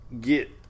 get